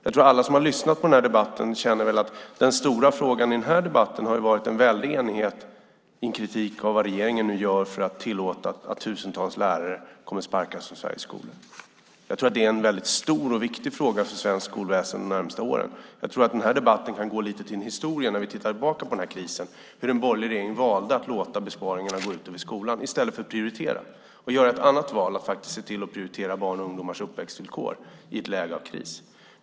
Jag tror att alla som lyssnar på den här debatten känner att den stora frågan i debatten är enigheten i kritiken mot att regeringen nu tillåter att tusentals lärare kommer att sparkas från Sveriges skolor. Jag tror att det blir en väldigt stor och viktig fråga för svenskt skolväsen de närmaste åren. Den här debatten kan nog gå lite till historien när vi tittar tillbaka på den här krisen och hur den borgerliga regeringen valde att låta besparingarna gå ut över skolan i stället för att göra ett annat val och se till att prioritera barns och ungdomars uppväxtvillkor i ett läge av kris.